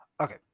Okay